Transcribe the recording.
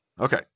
Okay